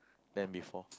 than before